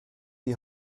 die